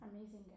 Amazing